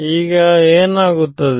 ಇದು ಏನಾಗುತ್ತದೆ